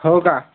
हो का